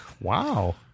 Wow